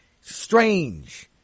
strange